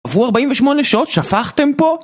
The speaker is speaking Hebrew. עברו 48 שעות שפכתם פה?